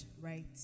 right